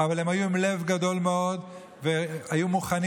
אבל הם היו עם לב גדול מאוד והיו מוכנים